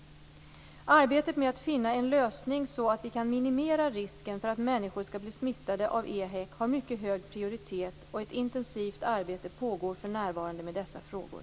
Arbetet med att finna en lösning så att vi kan minimera risken för att människor skall bli smittade av EHEC har mycket hög prioritet, och ett intensivt arbete pågår för närvarande med dessa frågor.